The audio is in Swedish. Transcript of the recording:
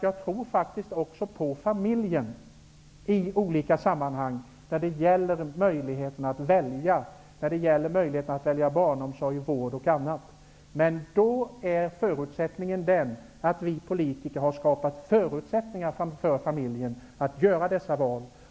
Jag tror faktiskt också på familjen i olika sammanhang när det gäller möjligheten att välja barnomsorg, vård och annat. Det bygger dock på att vi politiker har skapat förutsättningar för familjen att göra dessa val.